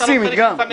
לקחת מדגם, איסי, מדגם.